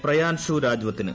Priyanshu രാജ്വത്തിന്